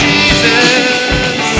Jesus